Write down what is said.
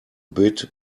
bit